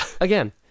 Again